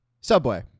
subway